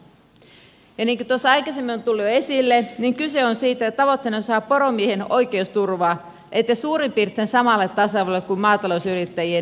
niin kuin tuossa jo aikaisemmin on tullut esille niin kyse on siitä että tavoitteena on saada poromiehen oikeusturva edes suurin piirtein samalle tasolle kuin maatalousyrittäjien turkistarhaajien